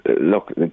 Look